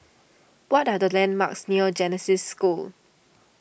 what are the landmarks near Genesis School